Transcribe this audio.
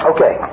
Okay